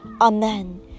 Amen